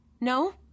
No